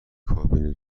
کابین